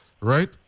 right